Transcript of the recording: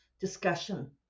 discussion